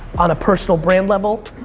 on a personal brand level,